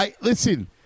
listen